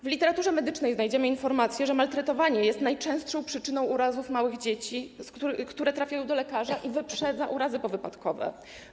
W literaturze medycznej znajdziemy informacje, że maltretowanie jest najczęstszą przyczyną urazów małych dzieci, które trafiają do lekarza, i wyprzedza urazy powypadkowe.